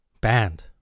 band